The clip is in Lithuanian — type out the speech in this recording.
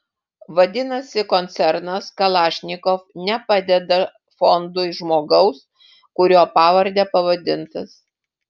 vadinasi koncernas kalašnikov nepadeda fondui žmogaus kurio pavarde pavadintas